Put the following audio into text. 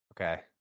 okay